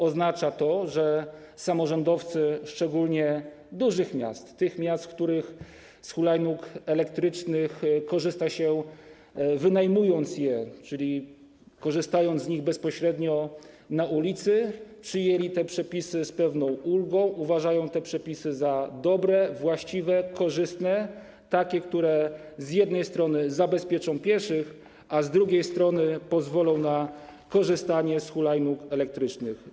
Oznacza to, że samorządowcy, szczególnie dużych miast, tych miast, w których z hulajnóg elektrycznych korzysta się, wynajmując je, czyli korzystając z nich bezpośrednio na ulicy, przyjęli te przepisy z pewną ulgą, uważają te przepisy za dobre, właściwe, korzystne, takie, które z jednej strony zabezpieczą pieszych, a z drugiej strony pozwolą na korzystanie z hulajnóg elektrycznych.